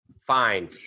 fine